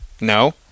No